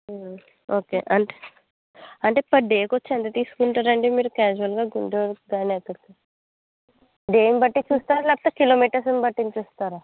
okay అంటే అంటే per డేకి ఎంత తీసుకుంటారు అండి క్యాజువల్గా గుంటూరు కానీ ఎక్కడకి దేనిబట్టి చూస్తారా లేదా కిలోమీటర్స్ని బట్టి చూస్తారా